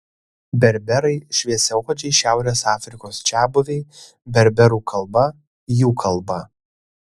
berberai šviesiaodžiai šiaurės afrikos čiabuviai berberų kalba jų kalba